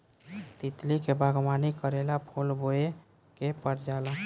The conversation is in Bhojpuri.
तितली के बागवानी करेला फूल बोए के पर जाला